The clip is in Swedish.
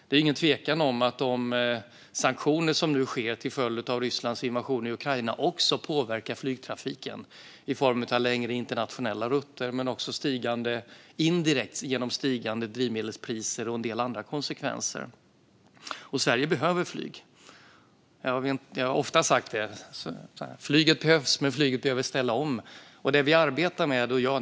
Det är ingen tvekan om att sanktionerna till följde av Rysslands invasion i Ukraina också påverkar flygtrafiken i form av längre internationella rutter och indirekt genom stigande drivmedelspriser och en del andra konsekvenser. Sverige behöver flyg. Jag har ofta sagt att flyget behövs men att flyget behöver ställa om.